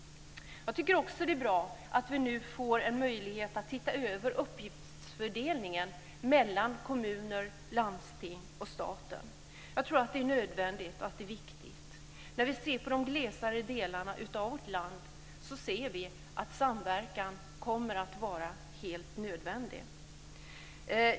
Jag tycker också att det är bra att vi nu får en möjlighet att titta över uppgiftsfördelningen mellan kommuner, landsting och stat. Jag tror att det är nödvändigt och viktigt. När vi ser på de glesare delarna av vårt land så ser vi att samverkan kommer att vara helt nödvändig.